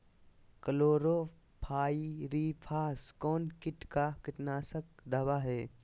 Chlorpyrifos कौन किट का कीटनाशक दवा है?